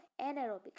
anaerobic